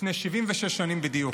לפני 76 שנים בדיוק,